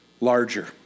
larger